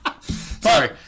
Sorry